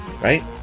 Right